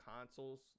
consoles